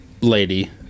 lady